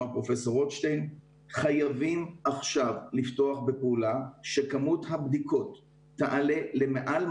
המרכיב השני הוא שיש לנו אחריות לתא שטח גדול מאוד שיש בו לא מעט ערים